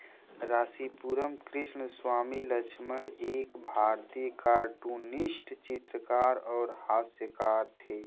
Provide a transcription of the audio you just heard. रासीपुरम कृस्णस्वामी लक्ष्मण एक भारतीय कार्टूनिस्ट चित्रकार और हास्यकार थे